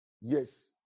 Yes